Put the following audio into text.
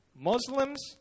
Muslims